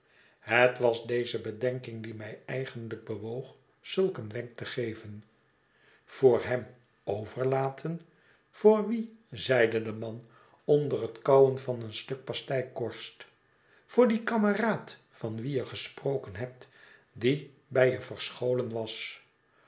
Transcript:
het was deze bedenking die mij eigenlijk bewoog zulk een wenk te geven voor hem overlaten voor wien zeide de man onder het kauwen van een stuk pasteikorst voor dien kameraad van wien je gesproken hebt die bij je verscholen was